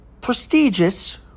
Prestigious